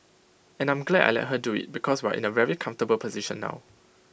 and I'm glad I let her do IT because we're in A very comfortable position now